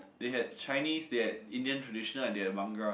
they had Chinese they had Indian traditional and they have Bhangra